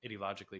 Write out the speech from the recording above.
ideologically